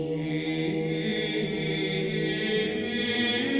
a